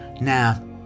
Now